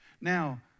Now